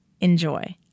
Enjoy